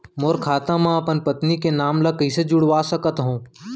मोर खाता म अपन पत्नी के नाम ल कैसे जुड़वा सकत हो?